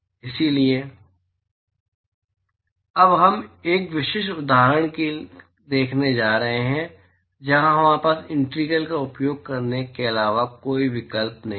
इसलिए अब हम एक विशिष्ट उदाहरण को देखने जा रहे हैं जहां हमारे पास इंटीग्रल का उपयोग करने के अलावा कोई विकल्प नहीं है